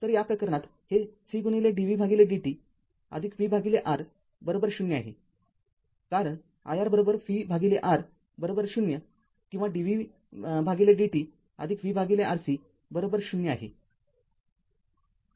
तर या प्रकरणात हे Cdv dt vR ० आहे कारण iR vR 0 किंवा dv dt vRC 0 आहे